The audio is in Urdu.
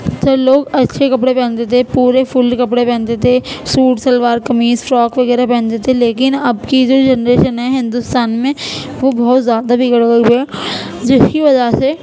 اکثر لوگ اچھے کپڑے پہنتے تھے پورے فل کپڑے پہنتے تھے سوٹ شلوار قمیص فراک وغیرہ پہنتے تھے لیکن اب کی جو جنریشن ہے ہندوستان میں وہ بہت زیادہ بگڑ گئی ہے جس کی وجہ سے